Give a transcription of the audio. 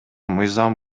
мыйзам